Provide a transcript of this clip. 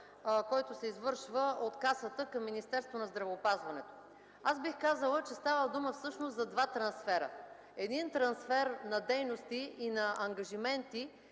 който се извършва от Касата към Министерството на здравеопазването. Аз бих казала, че става дума всъщност за два трансфера: един трансфер на дейности и на ангажименти,